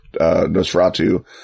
Nosferatu